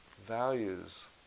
values